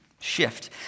shift